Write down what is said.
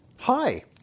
Hi